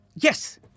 Yes